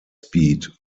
speed